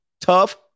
Tough